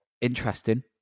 interesting